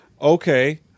Okay